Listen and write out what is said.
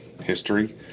history